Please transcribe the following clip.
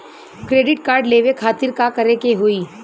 Credit card लेवे खातिर का करे के होई?